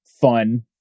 fun